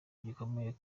gikomeye